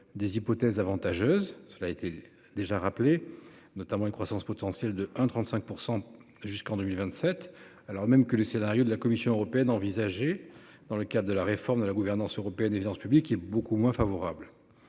des hypothèses avantageuses, cela a été déjà rappelé notamment une croissance potentielle de 1 35 % jusqu'en 2027, alors même que le scénario de la Commission européenne envisagée dans le cadre de la réforme de la gouvernance européenne évidence public qui est beaucoup moins favorable.